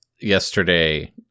yesterday